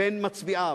בין מצביעיו,